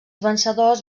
vencedors